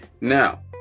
now